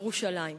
ירושלים.